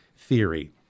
theory